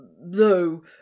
Though